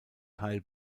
kyle